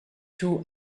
two